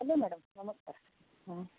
hello madam नमस्कार